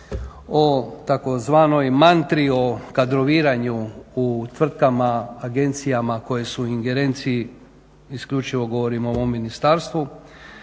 o tzv. mantri o kadroviranju u tvrtkama, agencijama koje su u ingerenciji, isključivo govorim o ovom ministarstvu.